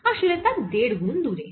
আসলে তা দেড় গুন দূরে